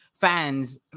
fans